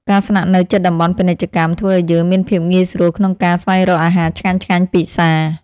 ការស្នាក់នៅជិតតំបន់ពាណិជ្ជកម្ម ធ្វើឱ្យយើងមានភាពងាយស្រួលក្នុងការស្វែងរកអាហារឆ្ងាញ់ៗពិសារ។